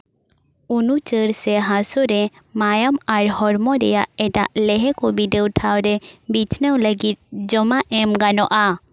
ᱚᱱᱩᱪᱟᱹᱲ ᱥᱮ ᱦᱟᱹᱥᱩ ᱨᱮ ᱢᱟᱭᱟᱢ ᱟᱨ ᱦᱚᱲᱢᱚ ᱨᱮᱭᱟᱜ ᱮᱴᱟᱜ ᱞᱮᱦᱮ ᱠᱚ ᱵᱤᱰᱟᱹᱣ ᱴᱷᱟᱶ ᱨᱮ ᱵᱤᱪᱷᱱᱟᱹᱣ ᱞᱟᱹᱜᱤᱫ ᱡᱚᱢᱟᱜ ᱮᱢ ᱜᱟᱱᱚᱜᱼᱟ